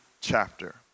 chapter